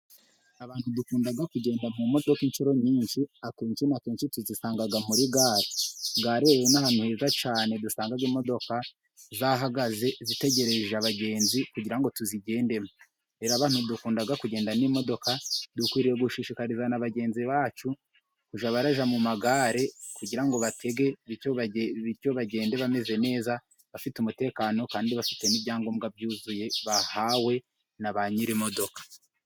Abantu dukunda kugenda mu modoka inshuro nyinshi akenshi na kenshi tuzisanga muri gare. Gare rero ni ahatu heza cyane dusanga imodoka zahagaze zitegereje abagenzi, kugira ngo tuzigendemo ,rero abantu dukunda kugenda n'imodoka dukwiriye gushishikariza na bagenzi bacu kujya barajya mu magare kugira ngo batege, bityo bagende bameze neza, bafite umutekano, kandi bafite n'ibyangombwa byuzuye bahawe na ba nyiri imodoka.